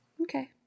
Okay